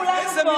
כולנו פה,